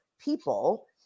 people